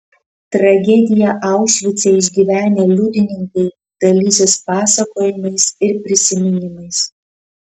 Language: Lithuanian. tragediją aušvice išgyvenę liudininkai dalysis pasakojimais ir prisiminimais